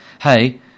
Hey